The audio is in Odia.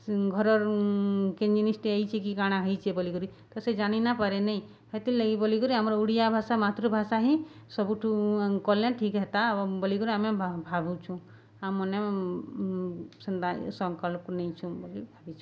ଘରର କେ ଜିନିଷ୍ଟିଏ ହେଇଛେ କି କାଣା ହେଇଛେ ବୋଲି କରି ତ ସେ ଜାଣି ନାପାରେ ନାହିଁ ହେଥି ବୋଲି କରି ଆମର ଓଡ଼ିଆ ଭାଷା ମାତୃଭାଷା ହିଁ ସବୁଠୁ କଲେ ଠିକ୍ ହେତା ବୋଲି କରି ଆମେ ଭାବୁଛୁ ଆମ ମନେ ସଂକଳ୍ପ ନେଇଛୁ ବୋଲି ଭାବିଛୁ